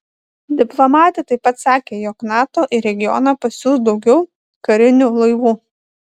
diplomatė taip pat sakė jog nato į regioną pasiųs daugiau karinių laivų